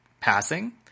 passing